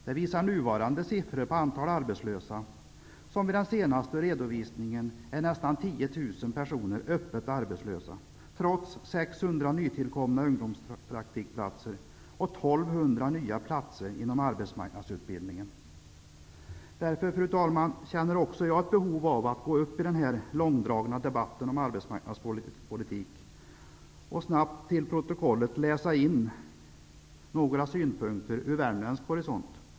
Det visar nuvarande siffror på antalet öppet arbetslösa, som vid den senaste redovisningen var nästan 10 000, trots 600 nytillkomna ungdomspraktikplatser och Därför, fru talman, känner också jag ett behov av att gå upp i denna långdragna debatt om arbetsmarknadspolitik och att snabbt till protokollet läsa in några synpunkter från värmländsk horisont.